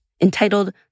entitled